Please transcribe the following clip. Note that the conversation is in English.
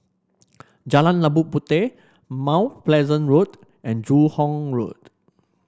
Jalan Labu Puteh Mount Pleasant Road and Joo Hong Road